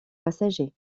passagers